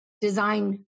design